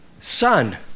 son